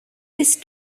this